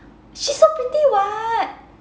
she's so pretty [what]